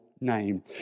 Name